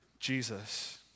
Jesus